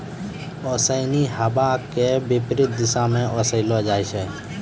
ओसोनि मे हवा के विपरीत दिशा म ओसैलो जाय छै